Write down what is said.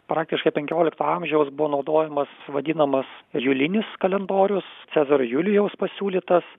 praktiškai penkiolikto amžiaus buvo naudojamas vadinamas julinis kalendorius cezario julijaus pasiūlytas